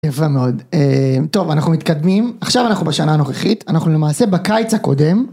יפה מאוד. טוב אנחנו מתקדמים עכשיו אנחנו בשנה הנוכחית אנחנו למעשה בקיץ הקודם.